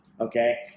okay